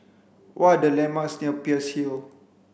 what the landmarks near Peirce Hill